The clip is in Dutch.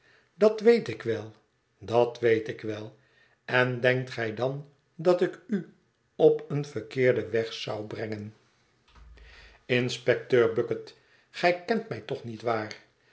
dat weet ik wel dat weet ik wel en denkt gij dan dat ik u op een verkeerden weg zou brengen inspecteur bucket gij kent mij toch niet waar